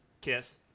kiss